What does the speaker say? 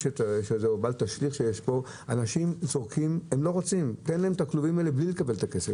אנשים רוצים את הכלובים האלה בלי לקבל את הכסף.